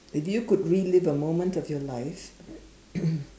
if you could relive a moment of your life